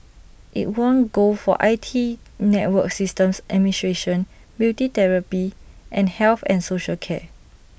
IT won gold for I T network systems administration beauty therapy and health and social care